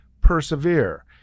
persevere